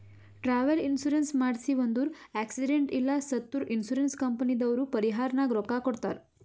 travel insurance ಮಾಡ್ಸಿವ್ ಅಂದುರ್ accident ಇಲ್ಲ ಸತ್ತುರ್ ಇನ್ಸೂರೆನ್ಸ್ ಕಂಪನಿದವ್ರು ಪರಿಹಾರನಾಗ್ ರೊಕ್ಕಾ ಕೊಡ್ತಾರ್